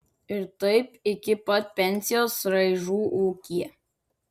ir taip iki pat pensijos raižių ūkyje